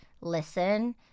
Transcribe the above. listen